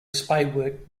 spadework